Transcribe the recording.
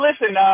listen